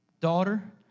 Daughter